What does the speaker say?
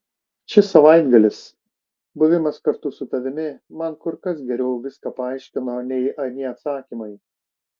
šis savaitgalis buvimas kartu su tavimi man kur kas geriau viską paaiškino nei anie atsakymai